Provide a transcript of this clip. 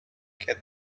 get